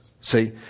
See